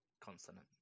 consonant